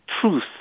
truth